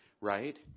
right